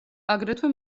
აგრეთვე